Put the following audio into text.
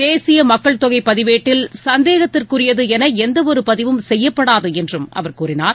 தேசிய மக்கள் தொகைப் பதிவேட்டில் சந்தேகத்திற்குரியது என எந்தவொரு பதிவும் செய்யப்படாது என்று அவர் கூறினார்